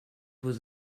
was